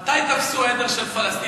מתי תפסו עדר של פלסטינים?